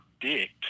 predict